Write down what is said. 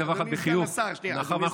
אני אגיד לך רק דבר אחד,